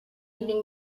evening